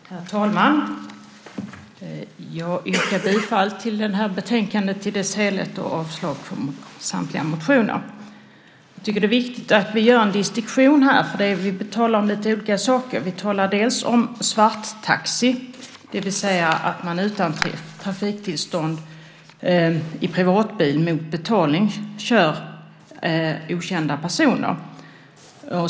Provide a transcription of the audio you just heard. Herr talman! Jag yrkar bifall till förslaget i betänkandet i dess helhet och avslag på samtliga motioner. Jag tycker att det är viktigt att vi gör en distinktion här, för vi talar om lite olika saker. Vi talar om svarttaxi, det vill säga att man utan trafiktillstånd i privatbil mot betalning kör okända personer.